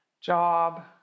job